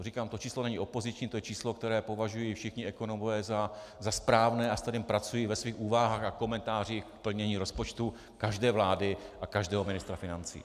Říkám, to číslo není opoziční, to je číslo, které považují všichni ekonomové za správné a se kterým pracují ve svých úvahách a komentářích k plnění rozpočtu každé vlády a každého ministra financí.